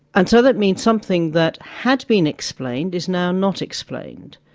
and so that means something that had been explained is now not explained.